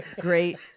great